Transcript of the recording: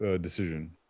decision